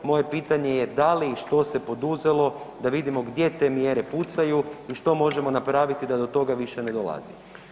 Moje pitanje je da li i što se poduzelo da vidimo gdje te mjere pucaju i što možemo napraviti da do toga više ne dolazi?